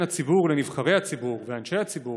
הציבור לבין נבחרי הציבור ואנשי הציבור,